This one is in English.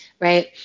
right